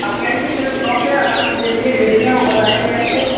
आप आइये मेरे शोप पर आराम से देखिये लेडीज़ हैं वो बतायेंगी आपको